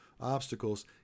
obstacles